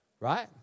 right